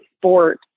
sport